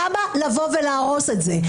למה לבוא ולהרוס את זה?